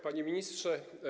Panie Ministrze!